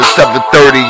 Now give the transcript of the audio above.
7:30